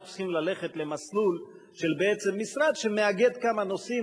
צריכים ללכת למסלול של משרד שמאגד כמה נושאים,